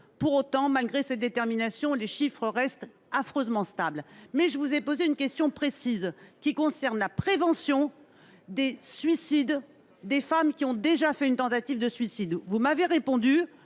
Pour autant, malgré cette détermination, les chiffres restent affreusement stables. Je vous ai posé une question précise sur la prévention des suicides des femmes qui ont déjà tenté de mettre fin à leurs jours. Vous nous avez répondu